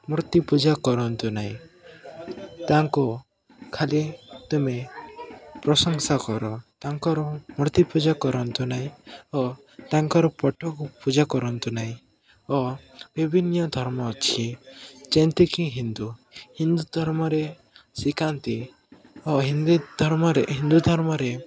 ମୂର୍ତ୍ତି ପୂଜା କରନ୍ତୁ ନାହିଁ ତାଙ୍କୁ ଖାଲି ତମେ ପ୍ରଶଂସା କର ତାଙ୍କର ମୂର୍ତ୍ତି ପୂଜା କରନ୍ତୁ ନାହିଁ ଓ ତାଙ୍କର ଫଟକୁ ପୂଜା କରନ୍ତୁ ନାହିଁ ଓ ବିଭିନ୍ନ ଧର୍ମ ଅଛି ଯେନ୍ତିକି ହିନ୍ଦୁ ହିନ୍ଦୁ ଧର୍ମରେ ଶିଖାନ୍ତି ଓ ହିନ୍ଦୀ ଧର୍ମରେ ହିନ୍ଦୁ ଧର୍ମରେ